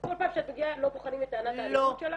שכל פעם שאת מגיעה הם לא בוחנים את טענת האלימות שלך?